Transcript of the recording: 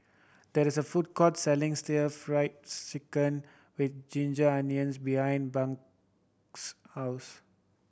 there is a food court selling still Fried Chicken with ginger onions behind house